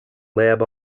lab